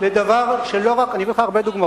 תביא דוגמה